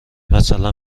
مثلا